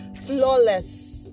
flawless